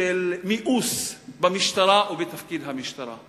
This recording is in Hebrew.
של מיאוס במשטרה ותפקיד המשטרה.